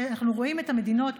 אנחנו רואים את המדינות,